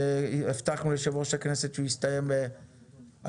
הבטחנו ליושב ראש הכנסת לסיים אותו ב-11:30.